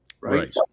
right